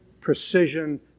precision